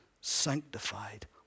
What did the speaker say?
sanctified